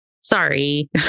sorry